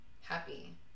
happy